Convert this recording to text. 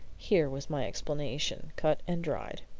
here was my explanation cut and dried.